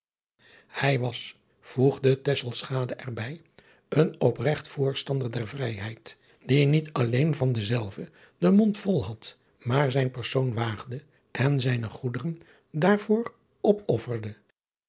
hij was voegde tesselschade er bij een opregt voorstander der vrijheid die niet alleen van dezelve den mond vol had maar zijn persoon waagde en zijne goederen daar voor opofserde